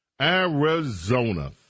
Arizona